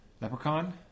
Leprechaun